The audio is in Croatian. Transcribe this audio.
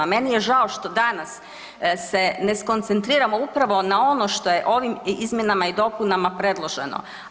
A meni je žao što danas se ne skoncentriramo upravo na ono što je ovim izmjenama i dopunama predloženo.